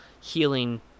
healing